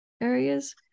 areas